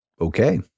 Okay